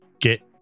get